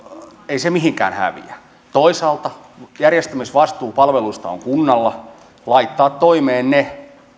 ei se mihinkään häviä toisaalta järjestämisvastuu palveluista on kunnalla laittaa toimeen ne